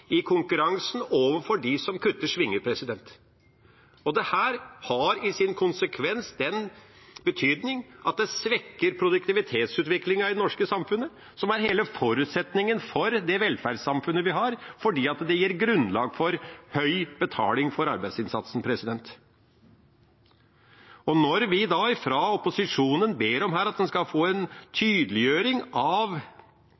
konkurransen med dem som kutter svinger. Dette har som konsekvens at det svekker produktivitetsutviklingen i det norske samfunnet, som er hele forutsetningen for det velferdssamfunnet vi har, fordi det gir grunnlag for høy betaling for arbeidsinnsatsen. Vi fra opposisjonen ber her om at man skal få en